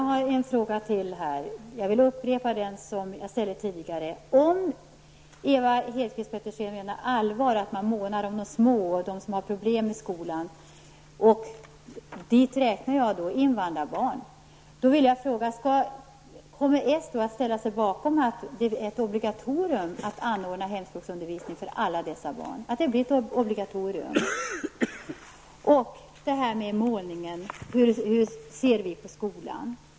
Herr talman! Jag vill upprepa den fråga jag ställde tidigare. Om Ewa Hedkvist Petersen menar allvar att socialdemokraterna månar om de små och dem som har problem med skolan -- dit räknar jag invandrarbarn -- kommer socialdemokraterna att ställa sig bakom ett obligatorium att anordna hemspråksundervisning för alla dessa barn? Vidare har vi miljöpartiets syn på skolan.